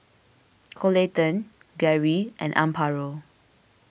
Coleton Gerri and Amparo